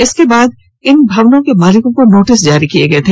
इसके बाद इन भवनों के मालिकों को नोटिस जारी किया गया था